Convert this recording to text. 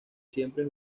siempre